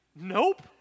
Nope